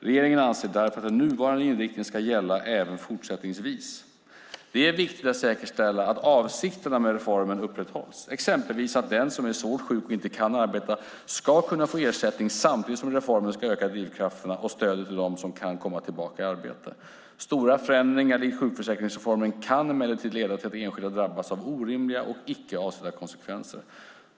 Regeringen anser därför att den nuvarande inriktningen ska gälla även fortsättningsvis. Det är viktigt att säkerställa att avsikterna med reformen upprätthålls, exempelvis att den som är svårt sjuk och inte kan arbeta ska kunna få ersättning samtidigt som reformen ska öka drivkrafterna och stödet till dem som kan komma tillbaka i arbete. Stora förändringar likt sjukförsäkringsreformen kan emellertid leda till att enskilda drabbas av orimliga och icke avsedda konsekvenser.